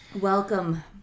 Welcome